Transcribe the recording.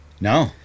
No